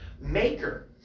maker